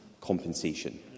compensation